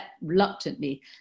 reluctantly